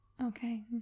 Okay